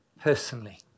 personally